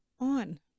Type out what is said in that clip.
on